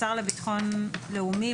השר לביטחון לאומי,